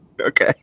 Okay